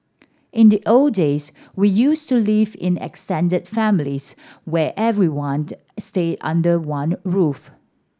in the old days we used to live in extended families where everyone stayed under one roof